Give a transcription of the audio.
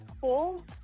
cool